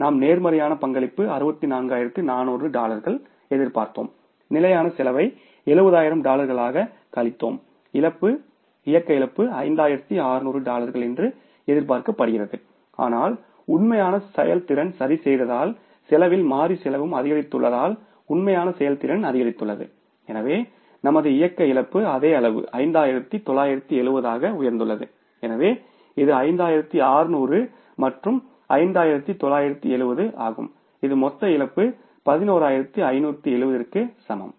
நாம் நேர்மறையான பங்களிப்பு 64400 டாலர்கள் எதிர்பார்த்தோம் நிலையான செலவை 70000 டாலர்களாகக் கழித்தோம் இழப்பு இயக்க இழப்பு 5600 டாலர்கள் என்று எதிர்பார்க்கப்படுகிறது ஆனால் உண்மையான செயல்திறன் சரிசெய்ததால் செலவில் மாறி செலவும் அதிகரித்துள்ளதால் உண்மையான செயல்திறன் அதிகரித்துள்ளது எனவே நமது இயக்க இழப்பு அதே அளவு 5970 ஆக உயர்ந்துள்ளது எனவே இது 5600 மற்றும் 5970 ஆகும் இது மொத்த இழப்பு 11570 க்கு சமம்